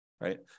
right